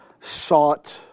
sought